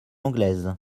anglaise